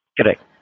Correct